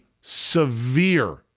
severe